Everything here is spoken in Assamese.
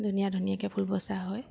ধুনীয়া ধুনীয়াকৈ ফুল বচা হয়